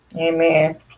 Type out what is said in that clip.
Amen